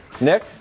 Nick